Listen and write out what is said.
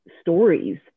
stories